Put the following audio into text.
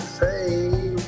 say